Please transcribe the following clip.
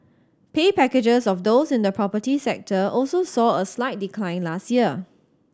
pay packages of those in the property sector also saw a slight decline last year